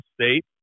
State